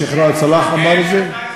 שיח' ראאד סלאח אמר את זה?